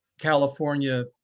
California